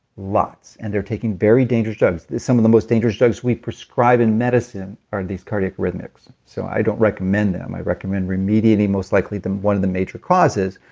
lots, and they're taking very dangerous drugs. some of the most dangerous drugs we prescribe in medicine are these cardiac arrhythmics. so i don't recommend them, i recommend remediating most likely one of the major causes,